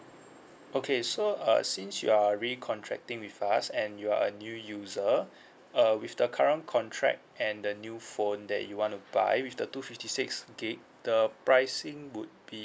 okay so uh since you are re-contracting with us and you are a new user uh with the current contract and the new phone that you want to buy with the two fifty six gig the pricing would be